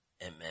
Amen